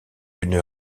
une